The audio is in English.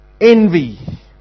Envy